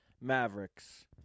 Mavericks